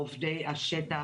בעובדי השטח,